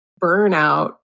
burnout